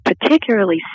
particularly